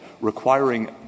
requiring